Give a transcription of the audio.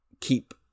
keep